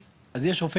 צירופים,